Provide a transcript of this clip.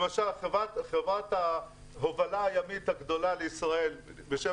למשל חברת ההובלה הימית הגדולה לישראל בשם